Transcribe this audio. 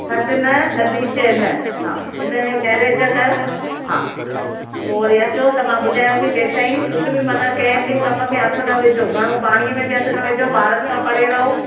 खट न थधी शइ न हा हिनखे परहेज कयो हा पोइ वरी अचो त मां ॿुधायांव थी तेसि ताईं कुझु बि माना कंहिं बि कम में हथु न विझो घणो पाणी में बि हथु न विझो ॿारनि खां परे रहो